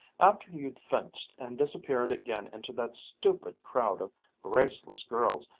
after you'd fenced and disappeared again into that stupid crowd of graceless girls,